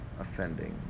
offending